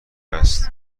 است